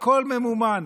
הכול ממומן.